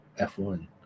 F1